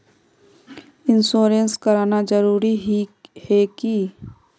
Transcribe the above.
Insurance कराना जरूरी ही है की?